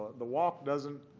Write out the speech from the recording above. the walk doesn't